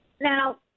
Now